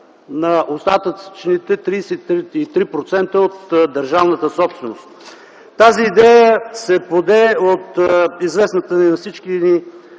на остатъчните 33% от държавната собственост. Тази идея се поде от известната на всички ни